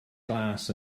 glas